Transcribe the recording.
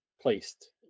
placed